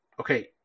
okay